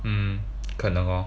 mm 可能 orh